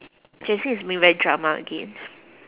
jensin is being very drama again